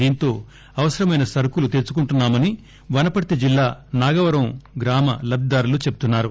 దీంతో అవసరమైన సరుకులు తెచ్చుకుంటున్నామని వనపర్తి జిల్లా నాగవరం లబ్దిదారులు చెబుతున్నారు